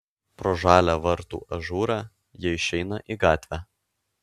pro žalią vartų ažūrą jie išeina į gatvę